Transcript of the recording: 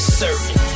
certain